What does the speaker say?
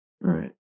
right